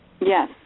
Yes